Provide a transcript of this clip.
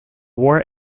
war